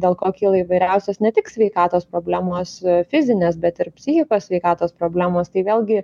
dėl ko kyla įvairiausios ne tik sveikatos problemos fizinės bet ir psichikos sveikatos problemos tai vėlgi